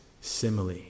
simile